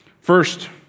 First